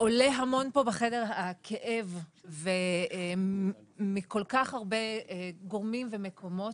עולה המון פה בחדר הכאב מכל כך הרבה גורמים ומקומות.